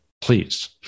please